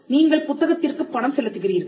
நீங்கள் புத்தகத்திற்குப் பணம் செலுத்துகிறீர்கள்